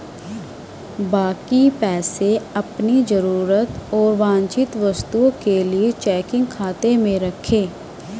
बाकी पैसे अपनी जरूरत और वांछित वस्तुओं के लिए चेकिंग खाते में रखें